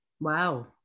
Wow